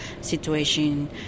situation